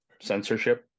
censorship